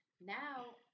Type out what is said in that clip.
Now